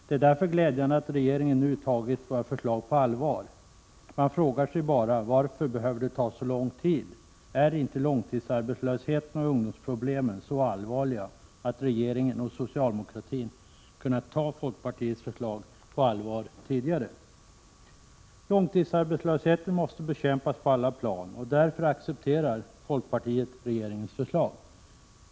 Det är därför glädjande att regeringen nu tagit våra förslag på allvar. Man frågar sig bara: Varför behövde det ta så lång tid? Är inte långtidsarbetslösheten och ungdomsproblemen så allvarliga, att regeringen och socialdemokratin hade kunnat ta folkpartiets förslag på allvar tidigare? Långtidsarbetslösheten måste bekämpas på alla plan, och därför accepterar folkpartiet regeringens förslag.